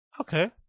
Okay